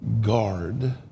guard